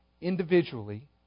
individually